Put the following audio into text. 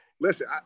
Listen